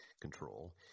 control